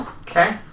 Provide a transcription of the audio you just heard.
Okay